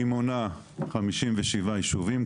היא מונה חמישים ושבעה ישובים,